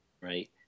right